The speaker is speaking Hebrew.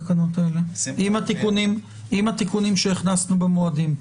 טוב, נקרא את התקנות עם התיקונים שהכנסנו במועדים.